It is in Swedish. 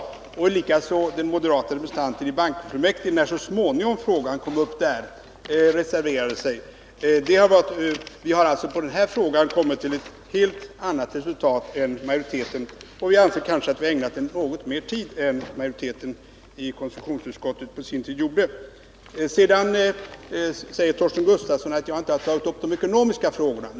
Likaså reserverade sig den moderate representanten i bankfullmäktige, när frågan så småningom kom upp där. Vi har alltså i denna fråga kommit till ett helt annat resultat än majoriteten. Vi anser kanske att vi har ägnat mer tid åt den än konstitutionsutskottets majoritet på sin tid gjorde. Torsten Gustafsson säger att jag inte har tagit upp de ekonomiska frågorna.